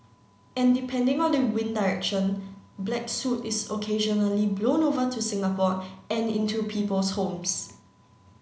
and depending on the wind direction black soot is occasionally blown over to Singapore and into people's homes